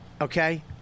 Okay